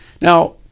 Now